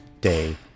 day